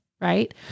Right